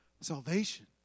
Salvation